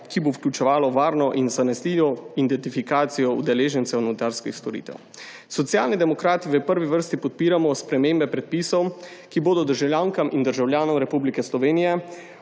ki bo vključeval varno in zanesljivo identifikacijo udeležencev notarskih storitev. Socialni demokrati v prvi vrsti podpiramo spremembe predpisov, ki bodo državljankam in državljanom Republike Slovenije